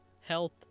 health